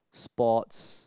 sports